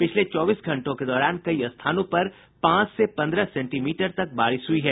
पिछले चौबीस घंटों के दौरान कई स्थानों पर पांच से पन्द्रह सेंटीमीटर तक बारिश हुई है